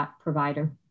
provider